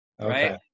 Right